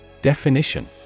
Definition